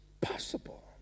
possible